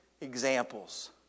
examples